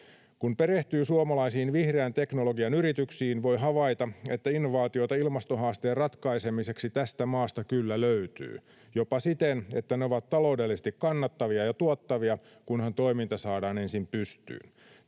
Kun perehtyy suomalaisiin vihreän teknologian yrityksiin, voi havaita, että innovaatioita ilmastohaasteen ratkaisemiseksi tästä maasta kyllä löytyy — jopa siten, että ne ovat taloudellisesti kannattavia ja tuottavia, kunhan toiminta saadaan ensin pystyyn.